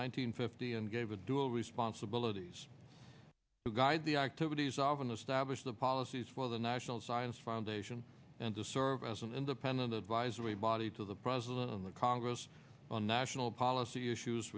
hundred fifty and gave a dual responsibilities to guide the activities of an established the policies for the national science foundation and to serve as an independent advisory body to the president and the congress on national policy issues